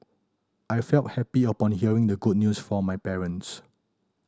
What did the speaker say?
I felt happy upon hearing the good news from my parents